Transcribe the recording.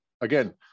Again